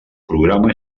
programa